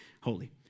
holy